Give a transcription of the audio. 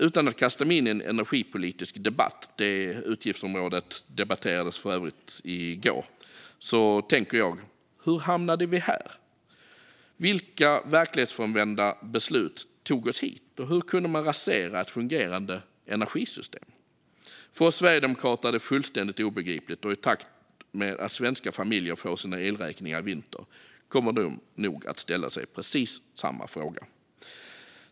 Utan att kasta mig in i en energipolitisk debatt - det utgiftsområdet debatterades ju i går - tänker jag: Hur hamnade vi här? Vilka verklighetsfrånvända beslut tog oss hit? Hur kunde man rasera ett fungerande energisystem? För oss sverigedemokrater är det fullständigt obegripligt, och i takt med att svenska familjer får sina elräkningar i vinter kommer de nog att ställa sig precis samma fråga.